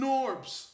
Norbs